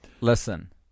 Listen